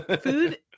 food